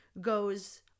goes